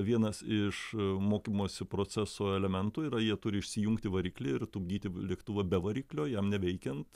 vienas iš mokymosi proceso elementų yra jie turi išsijungti variklį ir tupdyti vlėktuvą be variklio jam neveikiant